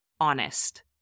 Honest